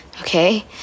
Okay